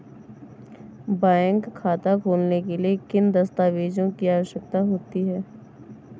Bank खाता खोलने के लिए किन दस्तावेजों की आवश्यकता होती है?